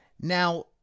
now